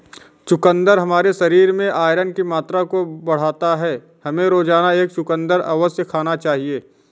चुकंदर हमारे शरीर में आयरन की मात्रा को बढ़ाता है, हमें रोजाना एक चुकंदर अवश्य खाना चाहिए